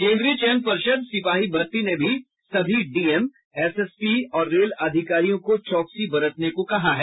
केंद्रीय चयन पर्षद सिपाही भर्ती ने भी सभी डीएम एसएसपी और रेल अधिकारियों को चौकसी बरतने को कहा है